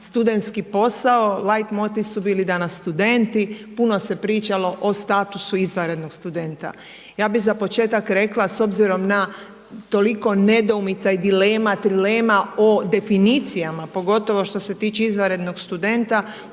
studentski posao, lait motiv su danas bili studenti puno se pričalo o statusu izvanrednog studenta. Ja bi za početak rekla s obzirom na toliko nedoumica i dilema, trilema o definicijama pogotovo što se tiče izvanrednog studenta.